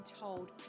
told